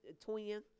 twin